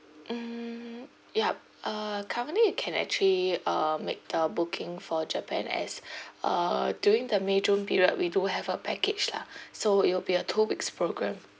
um yup uh currently you can actually uh make the booking for japan as uh during the may june period we do have a package lah so it'll be a two weeks program